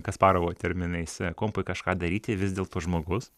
kasparovo terminais kompui kažką daryti vis dėlto žmogus